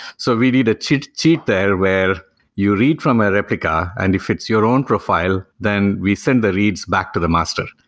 so need ah to to cheat there, where you read from a replica and if it's your own profile, then we send the reads back to the master.